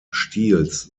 stils